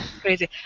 crazy